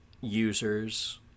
users